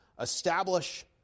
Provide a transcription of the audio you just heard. establish